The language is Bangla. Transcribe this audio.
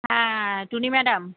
হ্যাঁ টুনি ম্যাডাম